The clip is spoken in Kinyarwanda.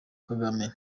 kagame